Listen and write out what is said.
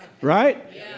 Right